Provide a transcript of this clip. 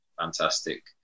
Fantastic